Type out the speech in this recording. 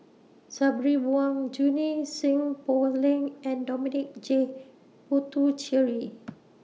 Sabri Buang Junie Sng Poh Leng and Dominic J Puthucheary